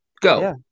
go